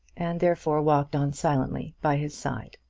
and therefore walked on silently by his side.